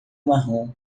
marrom